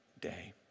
day